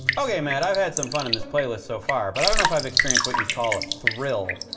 ok, matt. i've had some fun in this playlist so far, but i don't know if i've experienced what you'd call a thrill.